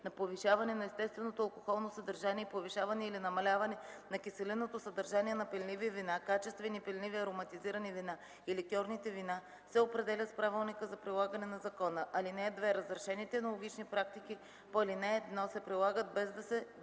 на повишаване на естественото алкохолно съдържание и повишаване или намаляване на киселинното съдържание на пенливи вина, качествени пенливи ароматизирани вина и ликьорните вина се определят с правилника за прилагане на закона. (2) Разрешените енологични практики по ал. 1 се прилагат, без да